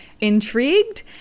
intrigued